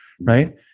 right